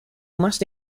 must